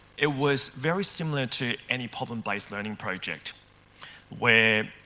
it was very similar to any problem based learning project where